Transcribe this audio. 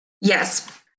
Yes